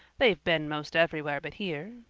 they've been most everywhere but here.